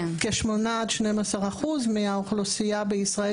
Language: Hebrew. כ-8% עד 12% מהאוכלוסייה בישראל,